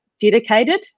dedicated